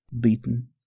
beaten